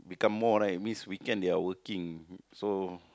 become more right means weekend they are working so